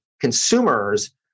consumers